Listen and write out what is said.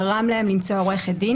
גרם להן למצוא עו"ד,